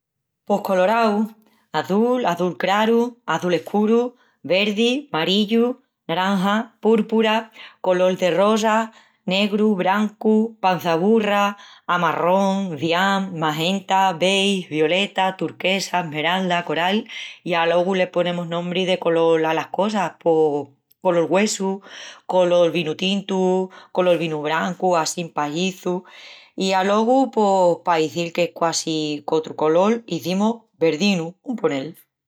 Pos colorau, azul, azul craru, azul escuru, verdi, marillu, naranja, púrpura, colol-de-rosa, negru, brancu, pançaburra, amarrón, cian, magenta, beis, violeta, turquesa, esmeralda, coral, i alogu le ponemus nombri de colol alas cosas, pos colol güessu, colol vinu tintu, colol vinu brancu, assín pajizu. I alogu pos pa izil qu'es quasi qu'otru colol, izimus verdinu, un ponel.